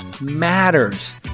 matters